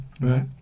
right